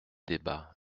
débats